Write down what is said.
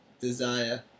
desire